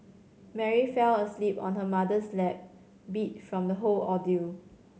Mary fell asleep on her mother's lap beat from the whole ordeal